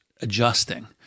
adjusting